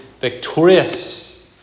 Victorious